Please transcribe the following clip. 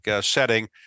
setting